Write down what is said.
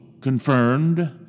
confirmed